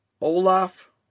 Olaf